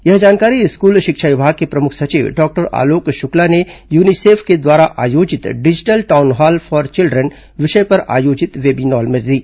यह जानकारी स्कूल शिक्षा विभाग के प्रमुख सचिव डॉक्टर आलोक शुक्ला ने यूनिसेफ द्वारा आयोजित डिजिटल टाउनहॉल फॉर चिल्ड्रन विषय पर आयोजित वेबीनार में दी